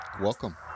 welcome